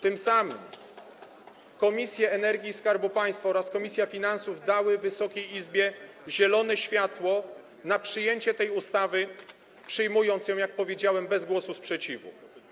Tym samym Komisja do Spraw Energii i Skarbu Państwa oraz Komisja Finansów Publicznych dały Wysokiej Izbie zielone światło na przyjęcie tej ustawy, przyjmując ją, jak powiedziałem, bez głosu sprzeciwu.